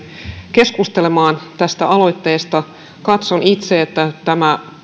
keskustelemaan tästä aloitteesta katson itse että tämä